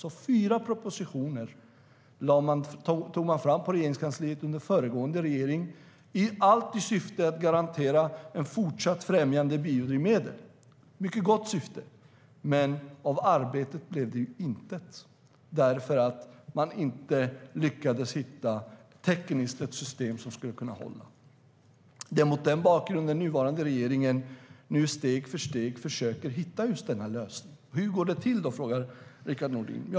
Man tog på Regeringskansliet fram fyra propositioner under föregående regering, allt i syfte garantera ett fortsatt främjande av biodrivmedel. Det var ett mycket gott syfte. Men av arbetet blev det intet därför att man inte lyckades hitta ett system som tekniskt skulle kunna hålla. Det är mot den bakgrunden som den nuvarande regeringen nu steg för steg försöker att hitta just denna lösning. Hur går det till? frågar Rickard Nordin.